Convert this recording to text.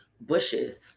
bushes